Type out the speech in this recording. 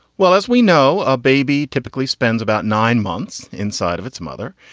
well, as we know, a baby typically spends about nine months inside of its mother.